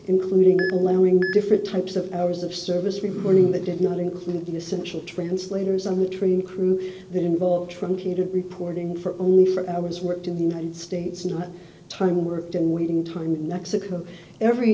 including all wearing different types of hours of service reporting that did not include the essential translators on the train crew that involved truncated reporting for only four hours worked in the united states no time worked in waiting time next occur every